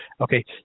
Okay